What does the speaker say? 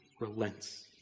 relents